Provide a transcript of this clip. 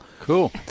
Cool